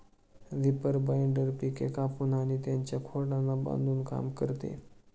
reaper binder पिके कापून आणि त्यांच्या खोडांना बांधून काम करते